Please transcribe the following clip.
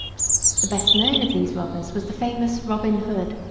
the best known of these robbers was the famous robin hood,